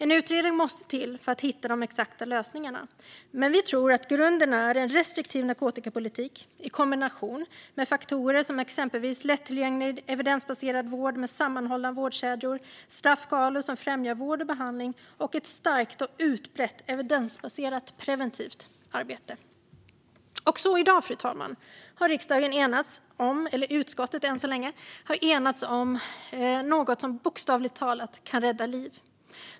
En utredning måste till för att hitta de exakta lösningarna. Vi tror att grunden är en restriktiv narkotikapolitik i kombination med faktorer som exempelvis lättillgänglig, evidensbaserad vård med sammanhållna vårdkedjor, straffskalor som främjar vård och behandling och ett starkt och utbrett evidensbaserat preventivt arbete. I dag, fru talman, har utskottet enats om något som bokstavligt talat kan rädda liv.